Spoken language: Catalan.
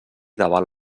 davant